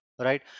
right